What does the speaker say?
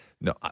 No